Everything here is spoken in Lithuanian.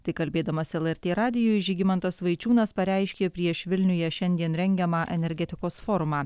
tai kalbėdamas lrt radijui žygimantas vaičiūnas pareiškė prieš vilniuje šiandien rengiamą energetikos forumą